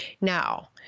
Now